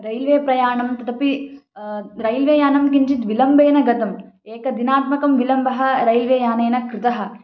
railway प्रयाणं तदपि railway यानं किञ्चित् विलम्बेन गतं एकदिनात्मकं विलम्बः रैल्वे यानेन कृतः